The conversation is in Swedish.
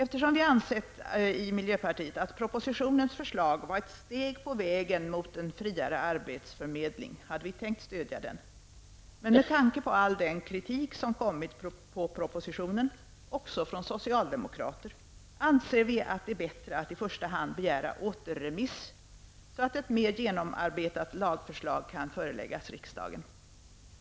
Eftersom vi i miljöpartiet ansåg att propositionens förslag var ett steg på vägen mot en friare arbetsförmedling, hade vi tänkt stödja den, men med tanke på all den kritik som propositionen har fått, också från socialdemokrater, anser vi att det är bättre att i första hand begära återremiss, så att ett mer genomarbetat lagförslag kan föreläggas riksdagen.